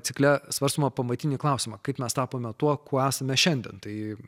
cikle svarstomą pamatinį klausimą kaip mes tapome tuo kuo esame šiandien tai